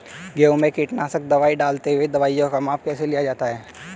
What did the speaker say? गेहूँ में कीटनाशक दवाई डालते हुऐ दवाईयों का माप कैसे लिया जाता है?